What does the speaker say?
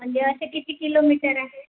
म्हणजे असे किती किलोमीटर आहे